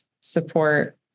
support